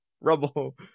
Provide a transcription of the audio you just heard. rubble